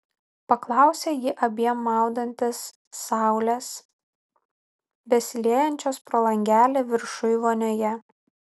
paklausė ji abiem maudantis saulės besiliejančios pro langelį viršuj vonioje